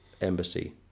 embassy